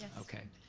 okay.